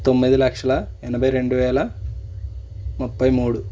తొమ్మిది లక్షల ఎనభై రెండు వేల ముప్పై మూడు